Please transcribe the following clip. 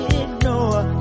ignore